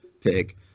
pick